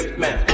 man